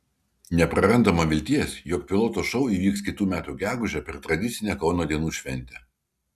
neprarandama vilties jog piloto šou įvyks kitų metų gegužę per tradicinę kauno dienų šventę